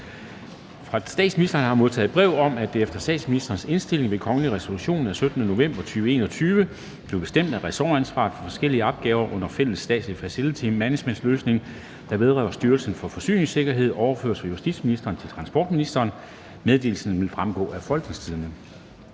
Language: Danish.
statsministeren har jeg modtaget brev om, at det efter statsministerens indstilling ved kongelig resolution af 17. november 2021 blev bestemt, at ressortansvaret for forskellige opgaver under den fælles statslige facility managementløsning, der vedrører Styrelsen for Forsyningssikkerhed, overføres fra justitsministeren til transportministeren. Meddelelsen vil fremgå af Folketingstidende.